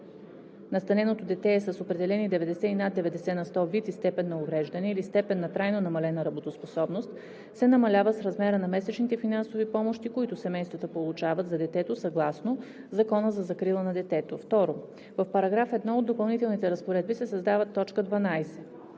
настаненото дете е с определени 90 и над 90 на сто вид и степен на увреждане или степен на трайно намалена работоспособност, се намалява с размера на месечните финансови помощи, които семействата получават за детето съгласно Закона за закрила на детето.“ 2. В § 1 от допълнителните разпоредби се създава т. 12: